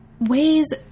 ways